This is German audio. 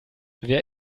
wer